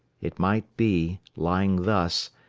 it might be, lying thus,